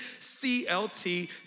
CLT